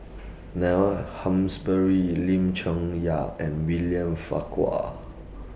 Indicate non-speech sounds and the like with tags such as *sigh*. Neil *unintelligible* Lim Chong Yah and William Farquhar